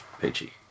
Peachy